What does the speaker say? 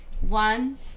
One